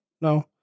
no